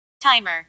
Timer